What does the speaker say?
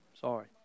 Sorry